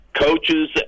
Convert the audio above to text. coaches